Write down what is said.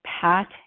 Pat